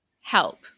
help